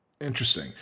Interesting